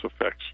effects